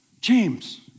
James